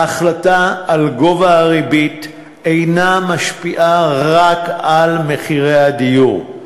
ההחלטה על גובה הריבית אינה משפיעה רק על מחירי הדיור,